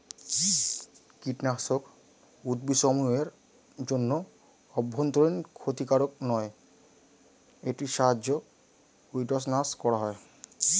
কীটনাশক উদ্ভিদসমূহ এর জন্য অভ্যন্তরীন ক্ষতিকারক নয় এটির সাহায্যে উইড্স নাস করা হয়